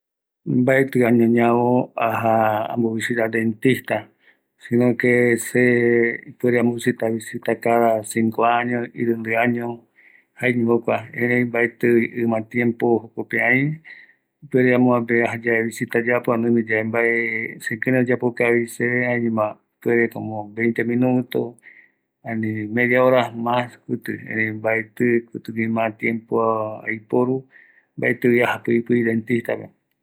Mbatɨ arasa ñavo aja täɨ iyapokavia pɨri, se aja mboapɨ, irundɨ arasarupi, aja yave jaeñoma aï mbaopipa minutos, mbaetɨ ɨma